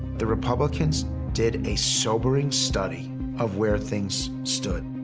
the republicans did a sobering study of where things stood,